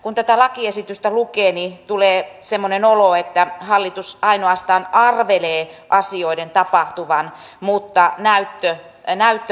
kun tätä lakiesitystä lukee niin tulee semmoinen olo että hallitus ainoastaan arvelee asioiden tapahtuvan mutta näyttö puuttuu kokonaan